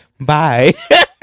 bye